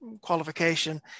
qualification